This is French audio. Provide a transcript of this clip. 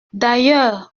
d’ailleurs